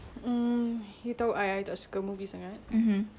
I'm not a movie person I cannot commit to any episodes actually